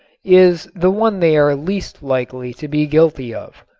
is the one they are least likely to be guilty of.